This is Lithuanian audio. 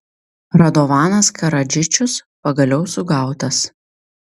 radovanas karadžičius pagaliau sugautas